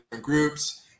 groups